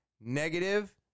negative